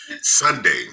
Sunday